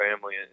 family